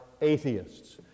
atheists